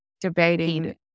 debating